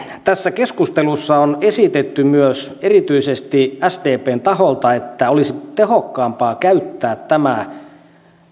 tässä keskustelussa on esitetty myös erityisesti sdpn taholta että olisi tehokkaampaa käyttää tämä